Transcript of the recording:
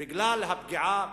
בגלל הפגיעה